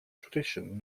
tradition